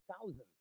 Thousands